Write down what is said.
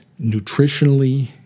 nutritionally